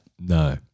No